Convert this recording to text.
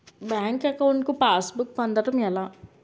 Bank account కి passbook పొందడం ఎలా?